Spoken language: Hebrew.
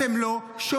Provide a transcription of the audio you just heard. אתם לא שומעים.